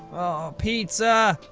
pizza.